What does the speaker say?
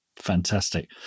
Fantastic